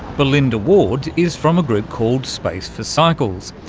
belinda ward is from a group called space for cycles.